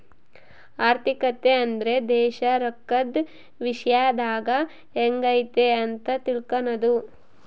ಆರ್ಥಿಕತೆ ಅಂದ್ರೆ ದೇಶ ರೊಕ್ಕದ ವಿಶ್ಯದಾಗ ಎಂಗೈತೆ ಅಂತ ತಿಳ್ಕನದು